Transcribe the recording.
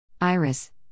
Iris